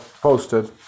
Posted